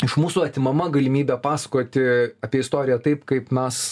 iš mūsų atimama galimybė pasakoti apie istoriją taip kaip mes